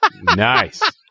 Nice